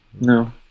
No